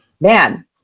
man